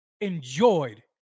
enjoyed